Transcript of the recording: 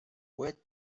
where